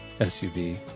SUV